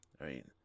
Right